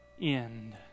end